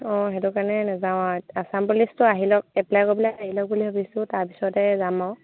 অঁ সেইটো কাৰণে নাযাওঁ আৰু আচাম পুলিচটো আহি লওক এপ্লাই কৰিবলৈ আহি লওক বুলি ভাবিছোঁ তাৰপিছতে যাম আৰু